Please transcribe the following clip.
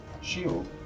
Shield